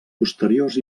posteriors